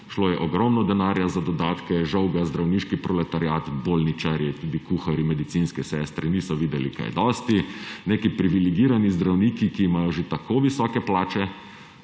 Šlo je ogromno denarja za dodatke, žal ga zdravniški proletariat, bolničarji, kuharji, medicinske sestre niso videli kaj dosti. Neki privilegirani zdravniki, ki imajo že tako visoke plače